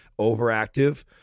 overactive